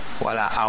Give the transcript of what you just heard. Voilà